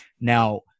Now